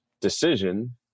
decision